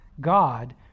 god